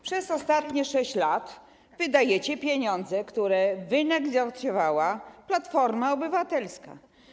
Przez ostatnie 6 lat wydajecie pieniądze, które wynegocjowała Platforma Obywatelska.